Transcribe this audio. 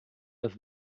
das